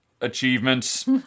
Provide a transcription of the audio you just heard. achievements